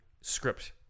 script